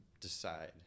decide